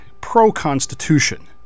pro-Constitution